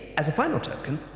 as a final token,